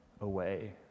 away